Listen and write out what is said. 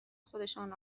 خودشان